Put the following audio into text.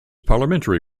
parliamentary